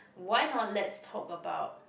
why not let's talk about